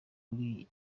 kuri